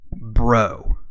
Bro